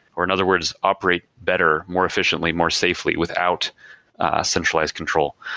or in other words operate better, more efficiently, more safely without a centralized control.